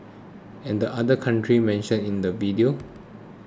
and other country mentioned in the video